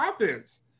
offense